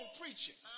preaching